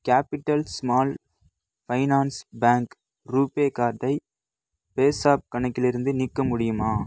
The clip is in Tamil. capital small finance bank RuPay கார்டை ஃபேஸ்அப் கணக்கிலிருந்து நீக்க முடியுமா